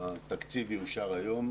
התקציב יאושר היום.